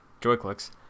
JoyClicks